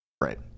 Right